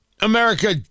America